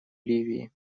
ливии